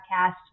podcast